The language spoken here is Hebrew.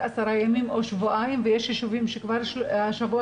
ימים או שבועיים ויש יישובים שנכנסים כבר לשבוע